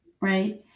right